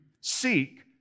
seek